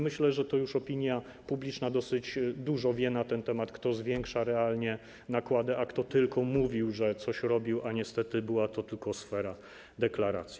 Myślę, że opinia publiczna dosyć dużo wie na ten temat, kto zwiększa realnie nakłady, a kto tylko mówił, że coś robił, a niestety była to tylko sfera deklaracji.